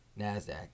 NASDAQ